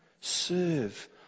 Serve